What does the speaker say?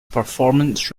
performance